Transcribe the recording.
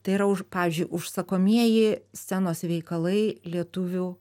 tai yra už pavyzdžiui užsakomieji scenos veikalai lietuvių